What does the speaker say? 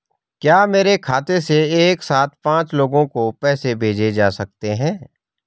क्या मेरे खाते से एक साथ पांच लोगों को पैसे भेजे जा सकते हैं?